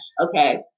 Okay